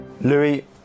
Louis